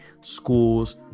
schools